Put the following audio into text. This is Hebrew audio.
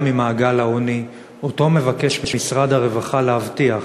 ממעגל העוני שאותו מבקש משרד הרווחה להבטיח